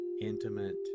intimate